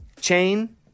chain